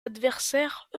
adversaires